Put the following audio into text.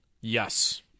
Yes